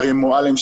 אריה מועלם,